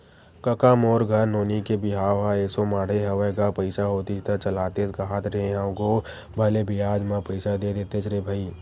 कका मोर घर नोनी के बिहाव ह एसो माड़हे हवय गा पइसा होतिस त चलातेस कांहत रेहे हंव गो भले बियाज म पइसा दे देतेस रे भई